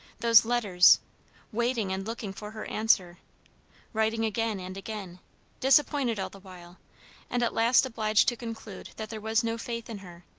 those letters waiting and looking for her answer writing again and again disappointed all the while and at last obliged to conclude that there was no faith in her,